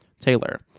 Taylor